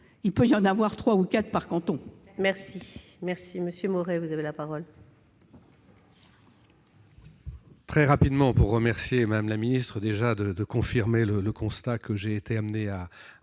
il peut y en avoir trois ou quatre par canton.